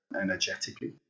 energetically